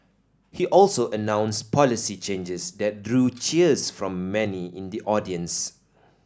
he also announced policy changes that drew cheers from many in the audience